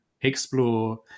explore